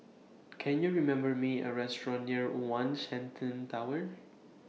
Can YOU remember Me A Restaurant near one Shenton Tower